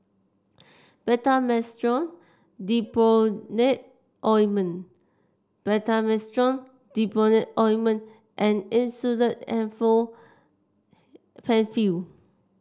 Betamethasone Dipropionate Ointment Betamethasone Dipropionate Ointment and Insulatard Penfill